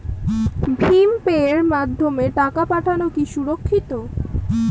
ভিম পের মাধ্যমে টাকা পাঠানো কি সুরক্ষিত?